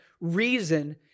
reason